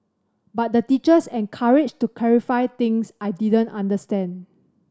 but the teachers encouraged to clarify things I didn't understand